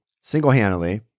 single-handedly